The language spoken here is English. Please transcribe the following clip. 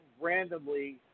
randomly